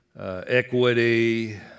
equity